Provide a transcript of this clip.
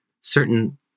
certain